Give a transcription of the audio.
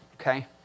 okay